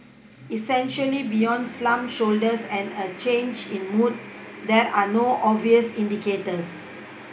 essentially beyond slumped shoulders and a change in mood there are no obvious indicators